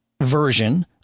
version